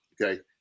okay